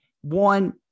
One